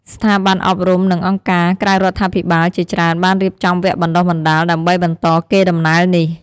ស្ថាប័នអប់រំ និងអង្គការក្រៅរដ្ឋាភិបាលជាច្រើនបានរៀបចំវគ្គបណ្តុះបណ្តាលដើម្បីបន្តកេរដំណែលនេះ។